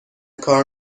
کار